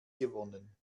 gewonnen